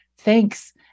Thanks